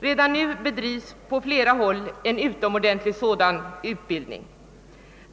Redan nu bedrivs på flera håll en utomordentlig sådan utbildning.